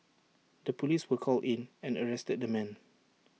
the Police were called in and arrested the man